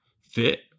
fit